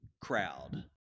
crowd